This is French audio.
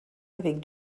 avec